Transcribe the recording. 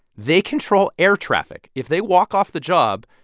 they control air traffic. if they walk off the job,